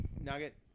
Nugget